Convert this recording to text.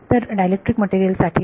तर dielectric material साठी